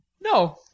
No